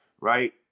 right